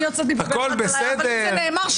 זה נאמר.